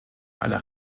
aller